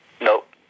nope